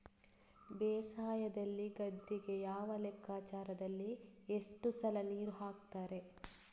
ಬೇಸಾಯದಲ್ಲಿ ಗದ್ದೆಗೆ ಯಾವ ಲೆಕ್ಕಾಚಾರದಲ್ಲಿ ಎಷ್ಟು ಸಲ ನೀರು ಹಾಕ್ತರೆ?